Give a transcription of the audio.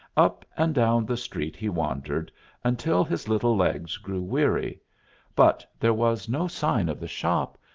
up and down the street he wandered until his little legs grew weary but there was no sign of the shop,